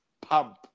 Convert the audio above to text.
pump